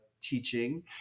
teaching